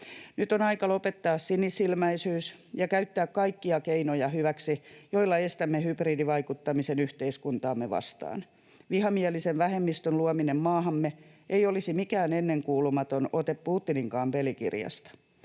Nyt on aika lopettaa sinisilmäisyys ja käyttää hyväksi kaikkia keinoja, joilla estämme hybridivaikuttamisen yhteiskuntaamme vastaan. Vihamielisen vähemmistön luominen maahamme ei olisi mikään ennenkuulumaton ote Putininkaan pelikirjasta.